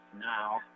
Now